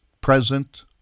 present